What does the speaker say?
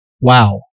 Wow